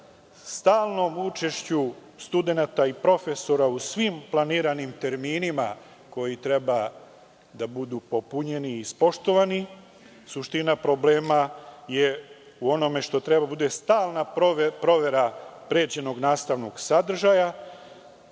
stalnom učešću studenata i profesora u svim planiranim terminima koji treba da budu popunjeni i ispoštovani. Dalje, suština problema je u onome što treba da bude stalna provera pređenog nastavnog sadržaja,